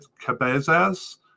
Cabezas